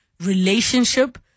relationship